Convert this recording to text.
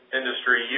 industry